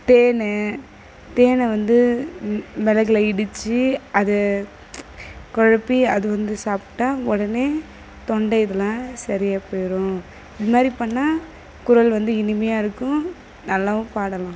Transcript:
தேன் தேனை வந்து மெளகில் இடித்து அது குழப்பி அது வந்து சாப்பிட்டா உடனே தொண்டை இதலாம் சரியாக போயிடும் இதுமாதிரி பண்ணால் குரல் வந்து இனிமையாக இருக்கும் நல்லாவும் பாடலாம்